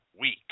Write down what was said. week